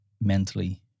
mentally